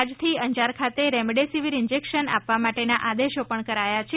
આજથી અંજાર ખાતે remdesivir injection આપવા માટેના આદેશો પણ કરાયા છે